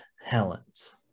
Helens